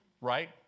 right